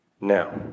Now